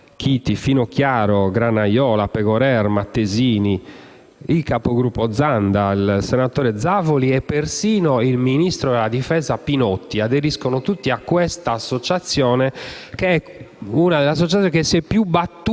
Chiti e Finocchiaro, Granaiola, Pegorer, Mattesini, il capogruppo Zanda, il senatore Zavoli e, persino, il ministro della difesa Pinotti. Aderiscono tutti a questa associazione, che è una di quelle che si è più battuta